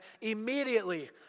immediately